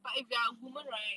but if you are a woman right